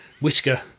Whisker